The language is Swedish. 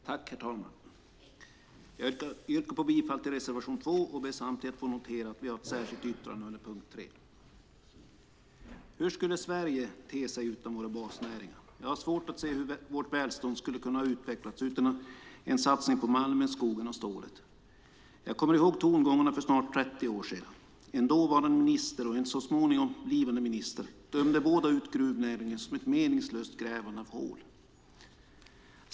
Herr talman! Jag yrkar bifall till reservation 2 och ber samtidigt att få notera att vi har ett särskilt yttrande under punkt 3. Hur skulle Sverige te sig utan våra basnäringar? Jag har svårt att se hur vårt välstånd skulle ha kunnat utvecklas utan en satsning på malmen, skogen och stålet. Jag kommer ihåg tongångarna för snart 30 år sedan. En dåvarande minister och en så småningom blivande minister dömde båda ut gruvnäringen som ett meningslöst grävande av hål.